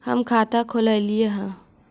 हम खाता खोलैलिये हे?